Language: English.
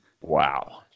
Wow